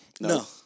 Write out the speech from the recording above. no